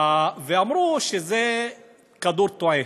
אמרו שזה כדור תועה,